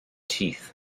teeth